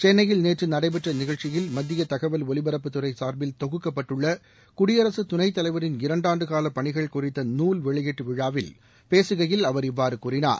சென்னையில் நேற்று நடைபெற்ற நிகழ்ச்சியில் மத்திய தகவல் ஒலிபரப்புத் துறை சார்பில் தொகுக்கப்பட்டுள்ள குடியரகத் துணைத் தலைவரின் இரண்டாண்டு கால பணிகள் குறித்த நூல் வெளியீட்டு விழாவில் பேசுகையில் அவர் இவ்வாறு கூறினார்